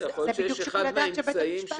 זה בדיוק שיקול הדעת של בית הדין.